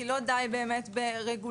כי לא די באמת ברגולציה,